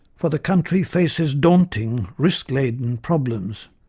for the country faces daunting, risk-laden problems